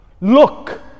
Look